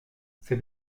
c’est